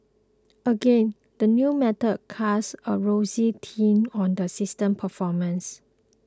again the new method casts a rosier tint on the system's performance